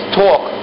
talk